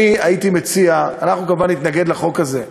אני הייתי מציע, אנחנו כמובן נתנגד לחוק הזה,